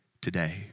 today